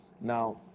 Now